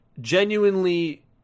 genuinely